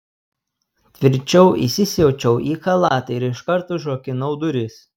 tvirčiau įsisiaučiau į chalatą ir iškart užrakinau duris